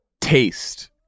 taste